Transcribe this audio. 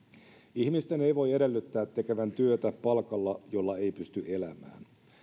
ihmisten ei voi edellyttää tekevän työtä palkalla jolla ei pysty elämään